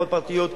בקרקעות פרטיות,